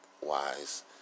wise